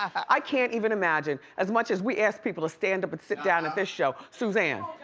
i can't even imagine. as much as we ask people to stand up and sit down at this show, suzanne.